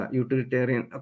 utilitarian